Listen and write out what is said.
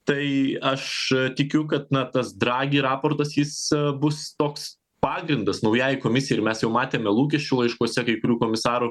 tai aš tikiu kad na tas dragi raportas jis bus toks pagrindas naujai komisijai ir mes jau matėme lūkesčių laiškuose kai kurių komisarų